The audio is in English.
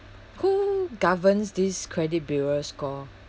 who governs these credit bureau score